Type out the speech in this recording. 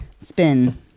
Spin